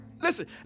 Listen